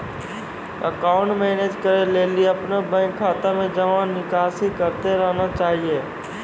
account manage करै लेली अपनो बैंक खाता मे जमा निकासी करतें रहना चाहि